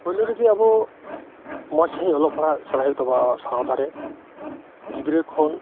ᱯᱳᱭᱞᱳᱨᱮᱜᱮ ᱟᱵᱚ ᱢᱚᱸᱡᱽ ᱥᱟᱺᱦᱤᱡ ᱚᱞᱚᱜ ᱯᱟᱲᱦᱟᱜ ᱥᱮᱬᱟᱭ ᱦᱳᱭᱳᱜ ᱛᱟᱵᱚᱱᱟ ᱥᱟᱶᱛᱟᱨᱮ ᱜᱤᱫᱽᱨᱟᱹ ᱠᱷᱚᱱ